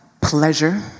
pleasure